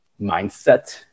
mindset